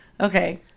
Okay